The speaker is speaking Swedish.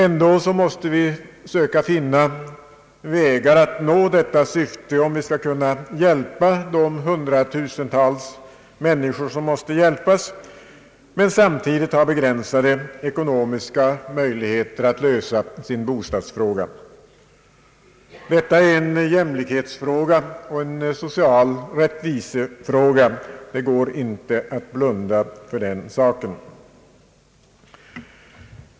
Ändå måste vi söka finna vägar att nå detta mål om vi skall kunna hjälpa de hundratusentals människor som måste hjälpas men samtidigt har begränsade ekonomiska möjligheter att lösa sitt bostadsproblem. Detta är en jämlikhetsfråga och en social rättvisefråga; det går inte att blunda för den saken.